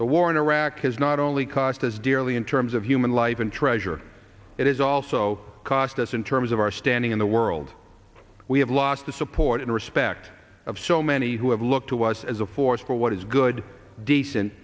the war in iraq has not only cost us dearly in terms of human life and treasure it is also cost us in terms of our standing in the world we have lost the support and respect of so many who have look to us as a force for what is good decent